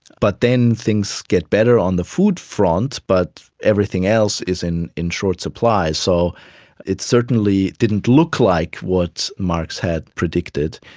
but then things get better on the food front but everything else is in in short supply. so it certainly didn't look like what marx had predicted.